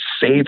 save